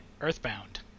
Earthbound